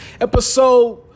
Episode